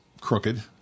crooked